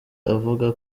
avuga